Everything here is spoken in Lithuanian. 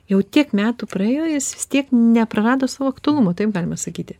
jau tiek metų praėjo jis vis tiek neprarado savo aktualumo taip galima sakyti